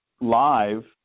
live